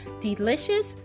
Delicious